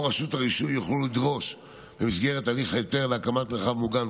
רשות הרישוי יוכלו לדרוש במסגרת הליך ההיתר להקמת מרחב מוגן,